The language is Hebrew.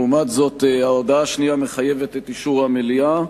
לעומת זאת, ההודעה השנייה מחייבת את אישור המליאה.